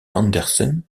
andersen